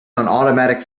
automatic